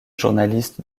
journaliste